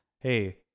hey